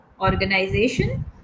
organization